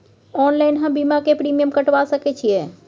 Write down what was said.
Online हम बीमा के प्रीमियम कटवा सके छिए?